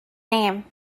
name